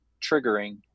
triggering